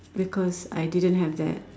because I didn't have that